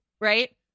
right